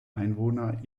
einwohner